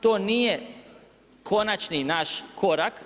To nije konačni naš korak.